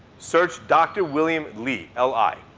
search doctor william li, l i.